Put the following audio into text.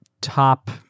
top